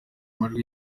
amajwi